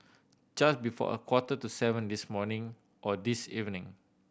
just before a quarter to seven this morning or this evening